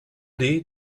dir